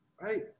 right